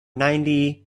ninety